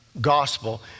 gospel